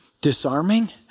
disarming